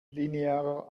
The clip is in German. linearer